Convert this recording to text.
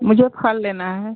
मुझे फल लेना है